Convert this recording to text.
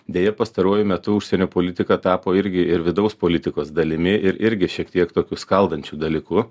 deja pastaruoju metu užsienio politika tapo irgi ir vidaus politikos dalimi ir irgi šiek tiek tokiu skaldančiu dalyku